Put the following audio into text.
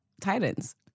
Titans